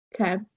Okay